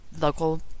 local